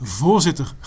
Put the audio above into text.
voorzitter